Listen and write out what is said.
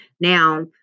Now